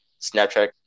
Snapchat